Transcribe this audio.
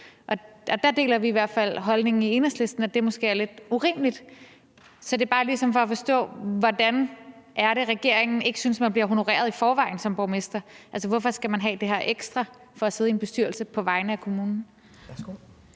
Og der deler vi i Enhedslisten den holdning, at det måske er lidt urimeligt. Så det er bare ligesom for at forstå det: Hvordan kan det være, at regeringen ikke synes, man som borgmester bliver honoreret i forvejen? Altså, hvorfor skal man have det her ekstra for at sidde i en bestyrelse på vegne af kommunen?